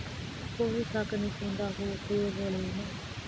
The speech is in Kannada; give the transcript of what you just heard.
ಕೋಳಿ ಸಾಕಾಣಿಕೆಯಿಂದ ಆಗುವ ಉಪಯೋಗಗಳೇನು?